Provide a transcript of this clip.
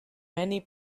many